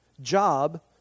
job